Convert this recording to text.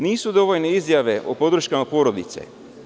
Nisu dovoljne izjave o podrškama porodice.